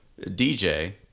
DJ